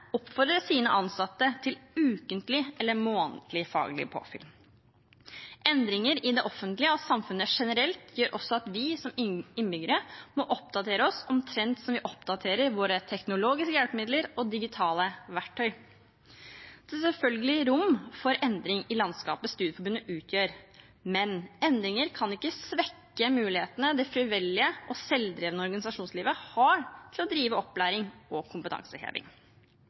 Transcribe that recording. oppfordrer sine ansatte til ukentlig eller månedlig faglig påfyll. Endringer i det offentlige og i samfunnet generelt gjør også at vi som innbyggere må oppdatere oss, omtrent slik som vi oppdaterer våre teknologiske hjelpemidler og digitale verktøy. Det er selvfølgelig rom for endring i landskapet studieforbundene utgjør, men endringer kan ikke svekke mulighetene det frivillige og selvdrevne organisasjonslivet har til å drive opplæring og kompetanseheving.